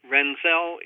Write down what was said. Renzel